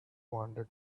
wanted